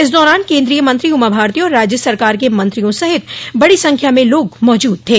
इस दौरान केन्द्रीय मंत्री उमा भारती और राज्य सरकार के मंत्रियों सहित बड़ी संख्या में लोग मौजूद थे